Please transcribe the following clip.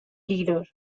leader